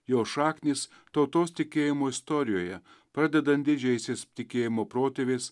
jo šaknys tautos tikėjimo istorijoje pradedant didžiaisiais tikėjimo protėviais